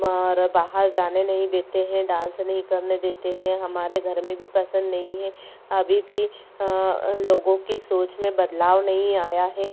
बाहर जाने नहीं देते हें डान्स नहीं करने देते हैं हमारे घर में भी पसन्द नहीं है अभी भी लोगों की सोच में बदलाव नहीं आया है